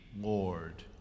Lord